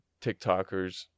TikTokers